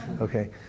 Okay